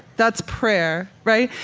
that's prayer, right?